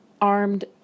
armed